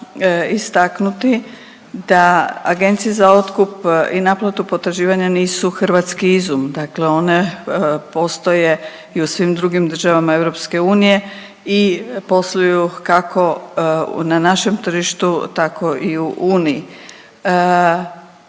istaknuti, da agencije za otkup i naplatu potraživanja nisu hrvatski izum dakle one postoje i u svim drugim državama EU i posluju kako na našem tržištu, tako i u Uniji.